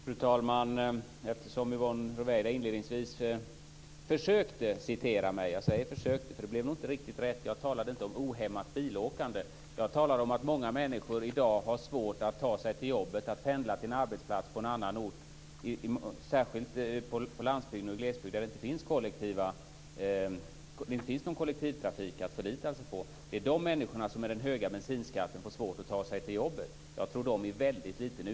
Fru talman! Yvonne Ruwaida försökte inledningsvis att citera mig. Jag säger försökte för det blev nog inte riktigt rätt. Jag talade inte om ohämmat bilåkande. Jag talade om att många människor i dag har svårt att ta sig till jobbet och att pendla till en arbetsplats på en annan ort, särskilt på landsbygden och i glesbygden där det inte finns någon kollektivtrafik att förlita sig på. Det är dessa människor som får svårt att ta sig till jobbet med den höga bensinskatten.